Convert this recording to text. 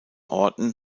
orten